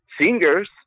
singers